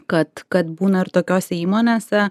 kad kad būna ir tokiose įmonėse